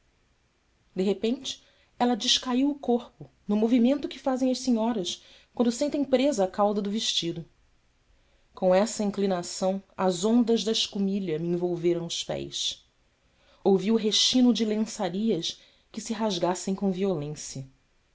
de repente ela descaiu o corpo no movimento que fazem as senhoras quando sentem presa a cauda do vestido com essa inclinação as ondas da escumilha me envolveram os pés ouvi o rechino de lençarias que se rasgassem com violência